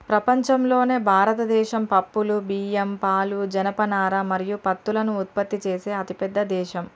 ప్రపంచంలోనే భారతదేశం పప్పులు, బియ్యం, పాలు, జనపనార మరియు పత్తులను ఉత్పత్తి చేసే అతిపెద్ద దేశం